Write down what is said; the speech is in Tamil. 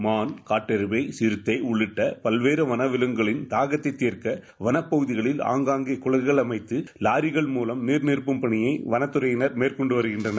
மான் காட்டெருமை சிறுத்தை மற்றும் பல்வேற வனவிவங்குகளின் வளப்பகுதிகளில் ஆங்காங்கே குளங்கள் அமைத்து லாரிகள் மூலம் நீர்நிரப்பும் பணியை வளத்துறையினர் மேற்கொண்டு வரகின்றனர்